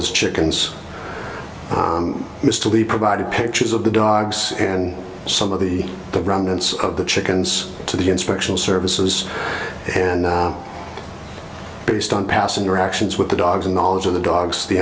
his chickens mistily provided pictures of the dogs and some of the the remnants of the chickens to the inspection services and based on past interactions with the dogs and knowledge of the dogs the